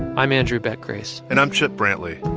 i'm andrew beck grace and i'm chip brantley.